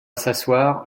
s’asseoir